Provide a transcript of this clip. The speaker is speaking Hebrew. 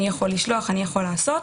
אני יכול לשלוח, אני יכול לעשות.